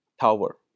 tower